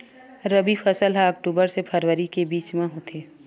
रबी फसल हा अक्टूबर से फ़रवरी के बिच में होथे